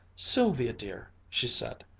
sylvia dear, she said,